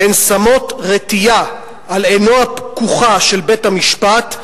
"הן שמות רטייה על עינו הפקוחה של בית-המשפט,